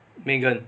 megan